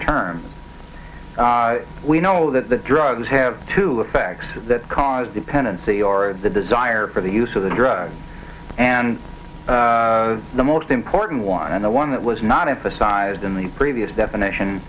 term we know that the drugs have to effect that cause dependency or the desire for the use of the drug and the most important one and the one that was not emphasized in the previous definition